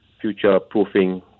future-proofing